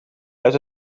uit